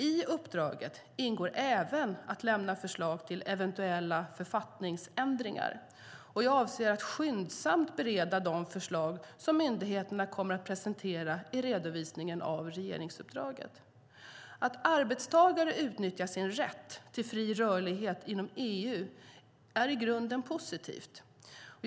I uppdraget ingår även att lämna förslag till eventuella författningsändringar. Jag avser att skyndsamt bereda de förslag som myndigheterna kommer att presentera i redovisningen av regeringsuppdraget. Att arbetstagare utnyttjar sin rätt till fri rörlighet inom EU är i grunden något positivt.